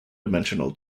dimensional